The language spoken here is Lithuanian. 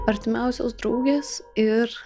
artimiausios draugės ir